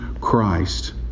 Christ